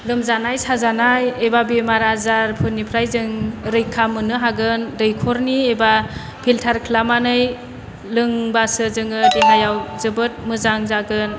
लोमजानाय साजानाय एबा बेमार आजारफोरनिफ्राय जों रैखा मोननो हागोन दैख'रनि एबा फिल्टार खालामनानै लोंबासो जोङो देहायाव जोबोद मोजां जागोन